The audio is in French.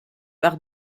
par